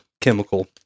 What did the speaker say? chemical